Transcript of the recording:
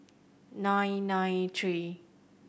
nine nine three